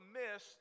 miss